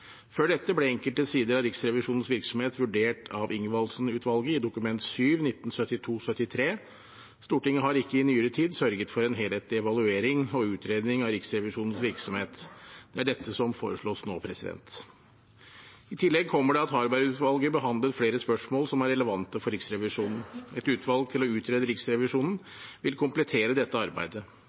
Før dette ble enkelte sider av Riksrevisjonens virksomhet vurdert av Ingvaldsen-utvalget i Dokument nr. 7 for 1972–73. Stortinget har ikke i nyere tid sørget for en helhetlig evaluering og utredning av Riksrevisjonens virksomhet. Det er dette som foreslås nå. I tillegg kommer det at Harberg-utvalget behandlet flere spørsmål som er relevante for Riksrevisjonen. Et utvalg til å utrede Riksrevisjonen vil komplettere dette arbeidet.